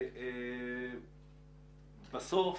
בסוף